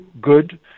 good